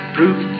Proof